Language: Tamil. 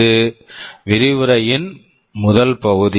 இது விரிவுரையின் முதல் பகுதி